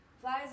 flies